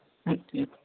okay